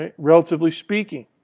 ah relatively speaking.